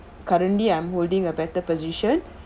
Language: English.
currently I'm holding a better position